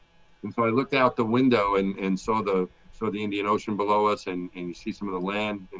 and so i looked out the window and and saw the saw the indian ocean below us and and you see some of the land.